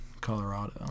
Colorado